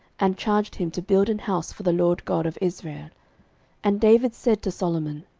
and charged him to build an house for the lord god of israel and david said to solomon,